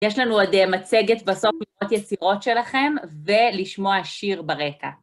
יש לנו עוד מצגת בסוף לראות את יצירות שלכם ולשמוע שיר ברקע.